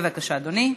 בבקשה, אדוני.